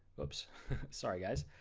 oops sorry guys.